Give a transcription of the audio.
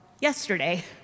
yesterday